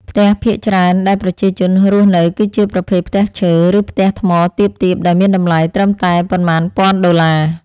ផ្ទះភាគច្រើនដែលប្រជាជនរស់នៅ គឺជាប្រភេទផ្ទះឈើ ឬផ្ទះថ្មទាបៗដែលមានតម្លៃត្រឹមតែប៉ុន្មានពាន់ដុល្លារ។